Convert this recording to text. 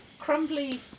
Crumbly